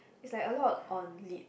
it's like a lot on lit